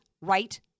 right